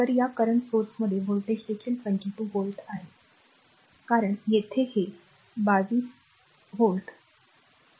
तर या current स्त्रोतामध्ये व्होल्टेज देखील 22 व्होल्ट आहे कारण येथे हे ओलांडून 22 व्होल्ट आहे